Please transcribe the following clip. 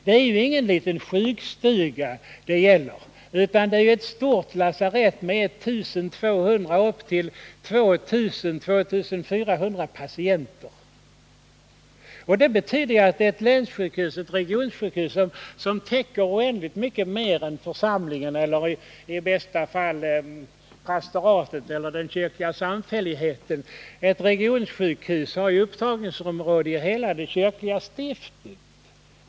Det är ingen liten sjukstuga det gäller, utan ett stort lasarett med 1 200-2 400 patienter. Det betyder att det är ett regionsjukhus som täcker oändligt mycket mer än församlingen eller i bästa fall pastoratet eller den kyrkliga samfälligheten. Ett regionsjukhus har sitt upptagningsområde i hela det kyrkliga stiftet.